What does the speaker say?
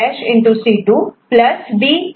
C2 B